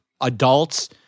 adults